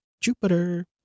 Jupiter